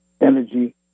Energy